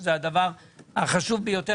שזה הדבר החשוב ביותר.